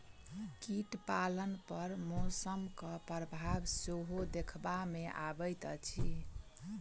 कीट पालन पर मौसमक प्रभाव सेहो देखबा मे अबैत अछि